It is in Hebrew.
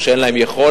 או שאין להן יכולת